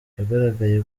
yagaragaye